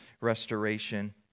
restoration